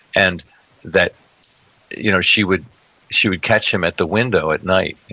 and that you know she would she would catch him at the window at night,